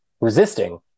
resisting